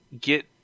get